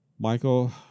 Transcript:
Michael